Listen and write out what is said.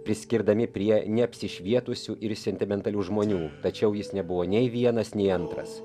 priskirdami prie neapsišvietusių ir sentimentalių žmonių tačiau jis nebuvo nei vienas nei antras